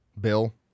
bill